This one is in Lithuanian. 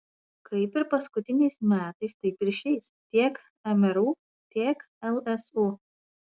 kaip ir paskutiniais metais taip ir šiais tiek mru tiek lsu